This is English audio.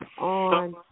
on